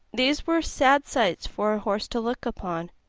these were sad sights for a horse to look upon,